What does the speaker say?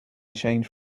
change